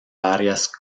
varias